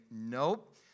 nope